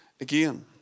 again